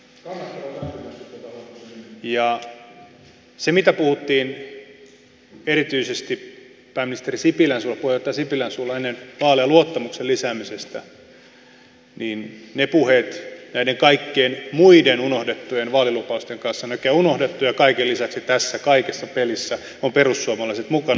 ja mitä tulee siihen mitä puhuttiin erityisesti puheenjohtaja sipilän suulla ennen vaaleja luottamuksen lisäämisestä niin ne puheet näiden kaikkien muiden unohdettujen vaalilupausten kanssa on näköjään unohdettu ja kaiken lisäksi tässä kaikessa pelissä ovat perussuomalaiset mukana